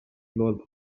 floyd